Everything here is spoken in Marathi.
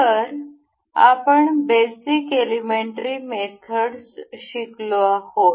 तर आपण बेसिक एलिमेंट्री मेथडस शिकलो आहोत